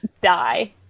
die